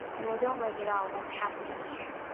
and i don't like at all whats happening here!